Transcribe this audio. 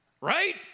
Right